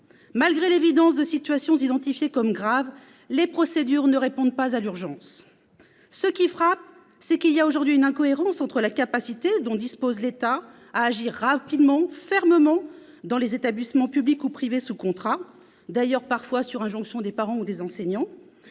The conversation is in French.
Malgré l'évidence de situations identifiées comme graves, les procédures ne répondent pas à l'urgence. Ce qui frappe, c'est qu'il y a aujourd'hui une incohérence entre, d'un côté, la capacité dont dispose l'État à agir rapidement et fermement dans les établissements publics ou privés sous contrat, d'ailleurs parfois sur injonction des parents ou des enseignants,